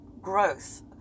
growth